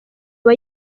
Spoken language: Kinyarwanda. aba